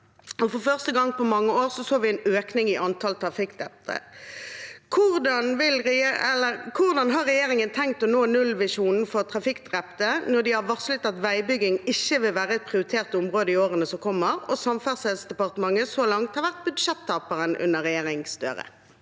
for første gang på mange år så vi en økning i antall trafikkdrepte. Hvordan har regjeringen tenkt å nå nullvisjonen for trafikkdrepte når de har varslet at veibygging ikke vil være et prioritert område i årene som kommer, og Samferdselsdepartementet så langt har vært budsjettaperen under regjeringen